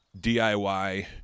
DIY